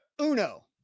Uno